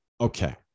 Okay